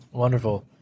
Wonderful